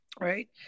right